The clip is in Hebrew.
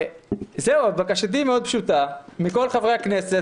בקשתי מאוד פשוטה מכל חברי הכנסת,